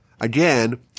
again